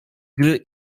gry